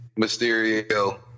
Mysterio